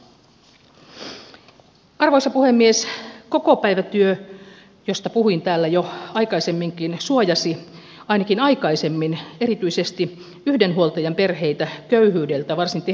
kokopäivätyö josta puhuin täällä jo aikaisemminkin suojasi ainakin aikaisemmin erityisesti yhden huoltajan perheitä köyhyydeltä varsin tehokkaasti